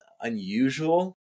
unusual